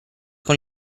con